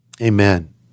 amen